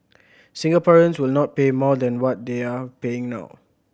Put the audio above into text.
Singaporeans will not pay more than what they are paying now